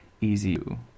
easy